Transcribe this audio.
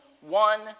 one